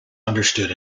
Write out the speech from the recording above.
understood